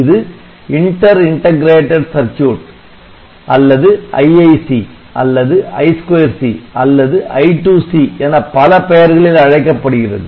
இது inter integrated circuit அல்லது IIC அல்லது I2C அல்லது I2C என பல பெயர்களில் அழைக்கப்படுகிறது